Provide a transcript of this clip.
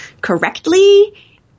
correctly